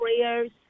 prayers